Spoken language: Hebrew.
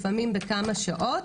לפעמים בכמה שעות.